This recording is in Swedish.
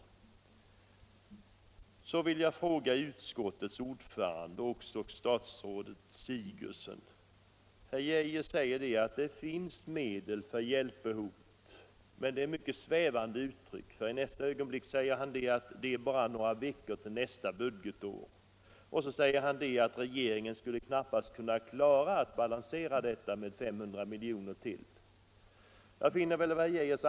Jag vill rikta en fråga till utskottets ordförande och till statsrådet Sigurdsen. Herr Arne Geijer säger att det finns medel för att täcka hjälpbehovet under innevarande budgetår, men det är mycket svävande ut tryckt, för i nästa ögonblick säger han att det bara är några veckor till nästa budgetår. Så säger herr Geijer att regeringen knappast skulle ha möjlighet att klara 500 milj.kr. ytterligare detta budgetår.